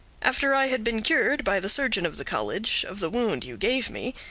after i had been cured by the surgeon of the college of the wound you gave me,